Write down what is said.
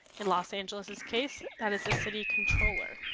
in los angeles's case, that is a city controller